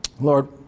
Lord